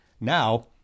Now